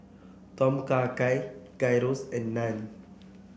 Tom Kha Gai Gyros and Naan